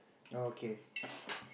oh okay